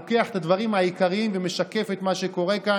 לוקח את הדברים העיקריים ומשקף את מה שקורה כאן.